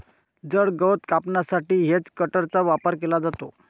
जड गवत कापण्यासाठी हेजकटरचा वापर केला जातो